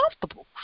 comfortable